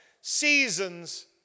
Seasons